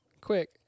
Quick